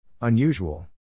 Unusual